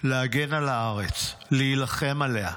להגן על הארץ, להילחם עליה.